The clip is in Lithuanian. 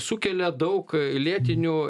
sukelia daug lėtinių